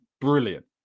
Brilliant